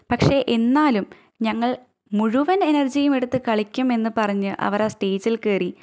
പക്ഷെ എന്നാലും ഞങ്ങൾ മുഴുവൻ എനർജിയും എടുത്ത് കളിക്കുമെന്നു പറഞ്ഞ് അവരാ സ്റ്റേജിൽ കയറി